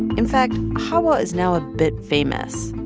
in fact, xawa is now a bit famous.